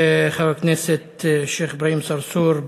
חבר הכנסת השיח' אברהים צרצור,